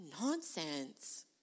nonsense